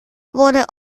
wurde